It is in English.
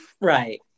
right